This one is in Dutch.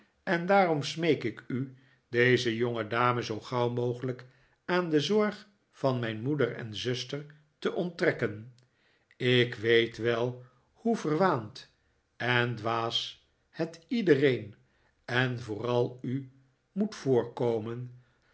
en daarom smeek ik u deze jongedame zoo gauw mogelijk aan de zorg van mijn moeder en zuster te onttrekken ik weet wel hoe verwaand en dwaas het iedereen en vooral u moet voorkomen